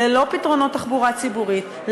ללא פתרונות תחבורה ציבורית,